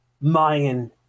Mayan